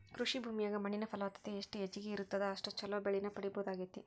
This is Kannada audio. ಕೃಷಿ ಭೂಮಿಯಾಗ ಮಣ್ಣಿನ ಫಲವತ್ತತೆ ಎಷ್ಟ ಹೆಚ್ಚಗಿ ಇರುತ್ತದ ಅಷ್ಟು ಚೊಲೋ ಬೆಳಿನ ಪಡೇಬಹುದಾಗೇತಿ